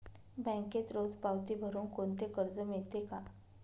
बँकेत रोज पावती भरुन कोणते कर्ज मिळते का?